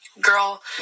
Girl